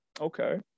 Okay